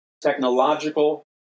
technological